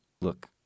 Look